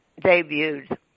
debuted